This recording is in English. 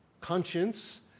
conscience